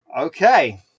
Okay